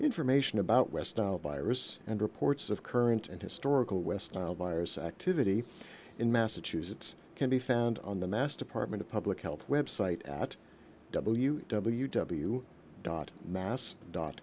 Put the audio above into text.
information about west nile virus and reports of current and historical west nile virus activity in massachusetts can be found on the mass department of public health website at w w w dot